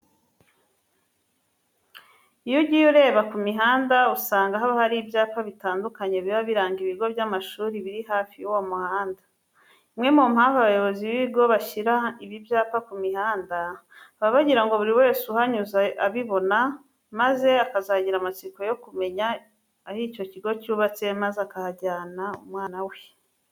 Iyo ugiye ureba ku mihanda usanga haba hari ibyapa bitandukanye biba biranga ibigo by'amashuri biri hafi y'uwo muhanda. Imwe mu mpamvu abayobozi b'ibigo bashyira ibi byapa ku mihanda, baba bagira ngo buri wese uhanyuze abibona maze akazagira amatsiko yo kumenya aho icyo kigo cyubatse maze akahajyana umwana we.